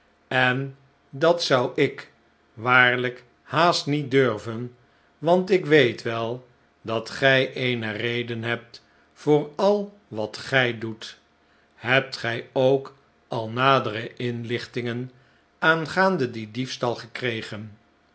en dat zou ik waarlijk haast niet durven want ik weet wel dat gij eene reden hebt voor al wat gij doet hebt gij ook al nadere inlichtingen aangaande dien diefstal gekregen